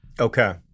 Okay